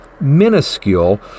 minuscule